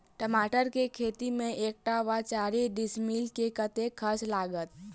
टमाटर केँ खेती मे एक कट्ठा वा चारि डीसमील मे कतेक खर्च लागत?